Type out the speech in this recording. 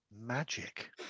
Magic